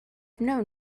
known